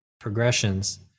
progressions